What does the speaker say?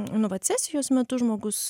nu vat sesijos metu žmogus